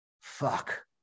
Fuck